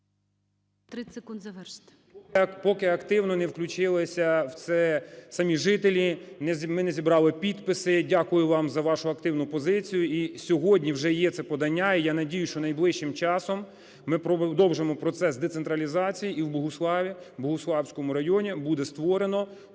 …поки активно не включилися в це самі жителі, ми не зібрали підписи. Дякую вам за вашу активну позицію. І сьогодні вже є це подання, і я надіюсь, що найближчим часом ми продовжимо процес децентралізації, і в Богуславі, Богуславському районі буде створено